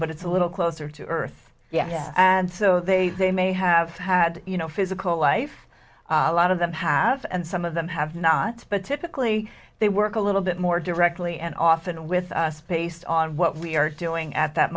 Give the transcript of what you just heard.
but it's a little closer to earth yeah and so they they may have had you know physical life a lot of them have and some of them have not but typically they work a little bit more directly and often with us based on what we are doing at that